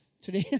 Today